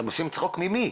אתם עושים צחוק ממי?